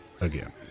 again